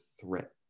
threat